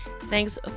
Thanks